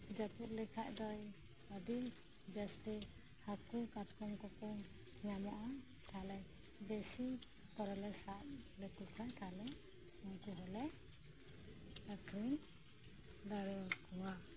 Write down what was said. ᱡᱟᱹᱯᱩᱛ ᱞᱮᱠᱷᱟᱡ ᱫᱚᱭ ᱟᱹᱰᱤᱡᱟᱹᱥᱛᱤ ᱦᱟᱠᱩ ᱠᱟᱴᱠᱚᱢ ᱠᱩᱠᱩ ᱧᱟᱢᱚᱜᱼᱟ ᱛᱟᱦᱚᱞᱮ ᱵᱮᱥᱤ ᱯᱚᱨᱮᱞᱮ ᱥᱟᱵᱞᱮᱠᱩᱠᱷᱟᱡ ᱛᱟᱦᱚᱞᱮ ᱩᱱᱠᱩᱦᱚᱞᱮ ᱟᱹᱠᱷᱨᱤᱧ ᱫᱟᱲᱤᱭᱟᱠᱩᱣᱟ